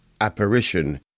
Apparition